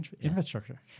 infrastructure